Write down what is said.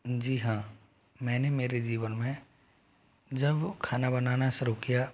जी हाँ मैंने मेरे जीवन में जब खाना बनाना शुरू किया